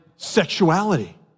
sexuality